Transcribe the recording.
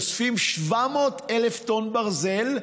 אוספים 700,000 טון ברזל,